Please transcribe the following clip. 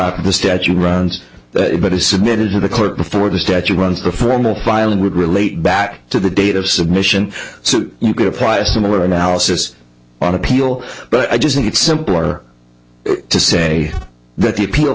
of the statue grounds that it is submitted to the court before the statue runs the formal filing would relate back to the date of submission so you could apply a similar analysis on appeal but i just think it's simpler to say that the appeal